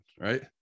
right